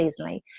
seasonally